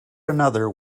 another